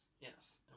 Yes